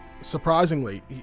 surprisingly